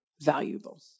valuable